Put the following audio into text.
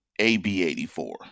AB84